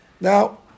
Now